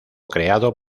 creado